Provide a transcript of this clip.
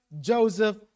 Joseph